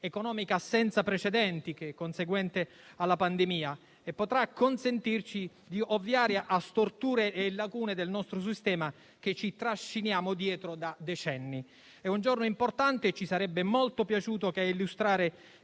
economica senza precedenti conseguente alla pandemia e potrà consentirci di ovviare a storture e lacune del nostro sistema che ci trasciniamo dietro da decenni. Si tratta di un giorno importante e ci sarebbe molto piaciuto che a illustrare